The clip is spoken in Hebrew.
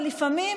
ולפעמים,